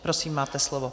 Prosím, máte slovo.